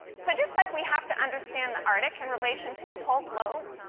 so just like we have to understand the arctic in relation to the whole globe,